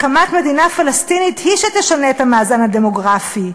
הקמת מדינה פלסטינית היא שתשנה את המאזן הדמוגרפי.